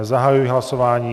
Zahajuji hlasování.